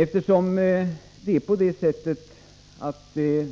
Eftersom